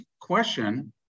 question